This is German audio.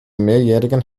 mehrjährigen